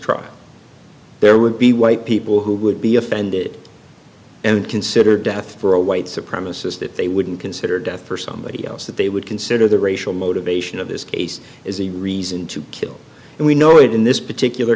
trial there would be white people who would be offended and consider death for a white supremacist if they wouldn't consider death for somebody else that they would consider the racial motivation of this case is a reason to kill and we know it in this particular